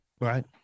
right